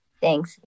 Thanks